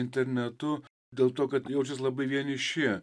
internetu dėl to kad jaučias labai vieniši